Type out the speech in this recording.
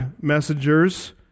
messengers